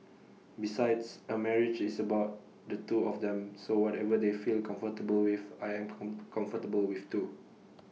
besides A marriage is about the two of them so whatever they feel comfortable with I am comfortable with too